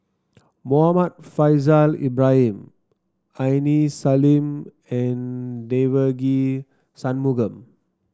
Muhammad Faishal Ibrahim Aini Salim and Devagi Sanmugam